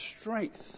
strength